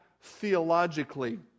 theologically